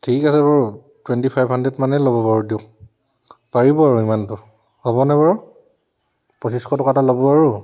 ঠিক আছে বাৰু টুৱেণ্টি ফাইভ হাণ্ড্ৰেড মানেই ল'ব বাৰু দিয়ক পাৰিব আৰু ইমানটো হ'বনে বাৰু পঁচিছশ টকা এটা ল'ব আৰু